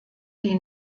die